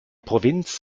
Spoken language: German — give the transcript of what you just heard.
provinz